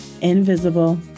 invisible